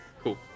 cool